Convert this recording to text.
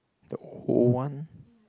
the old one